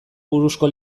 buruzko